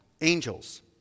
angels